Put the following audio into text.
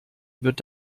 wird